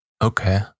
Okay